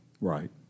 Right